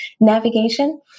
navigation